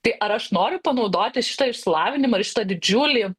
tai ar aš noriu panaudoti šitą išsilavinimą ir šitą didžiulį